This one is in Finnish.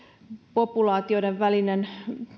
populaatioiden välinen